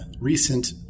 recent